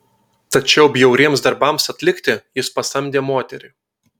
tačiau bjauriems darbams atlikti jis pasamdė moterį